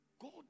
God